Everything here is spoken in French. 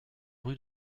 rue